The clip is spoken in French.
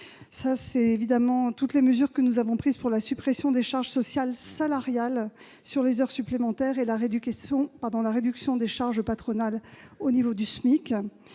au travers des nombreuses mesures que nous avons prises : suppression des charges sociales salariales sur les heures supplémentaires et réduction des charges patronales au niveau du SMIC.